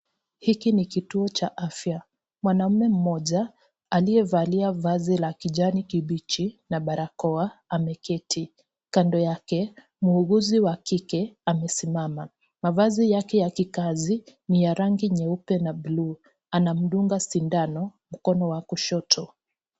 Hiki ni kituo cha afya, mwanamume mmoja aliyevalia vazi la kijani kibichi na barakoa ameketi, kando yake muuguzi wa kike amesimama, mavazi yake ya kikazi ni ya rangi nyeupe na blue anamdunga sindano mkono wa kushoto.